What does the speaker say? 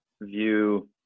view